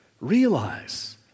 Realize